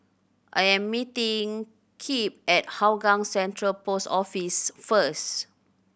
I am meeting Kip at Hougang Central Post Office first